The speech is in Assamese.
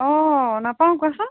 অ' নাপাওঁ কোৱাচোন